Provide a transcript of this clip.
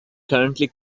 currently